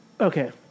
Okay